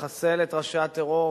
לחסל את ראשי טרור,